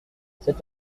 cet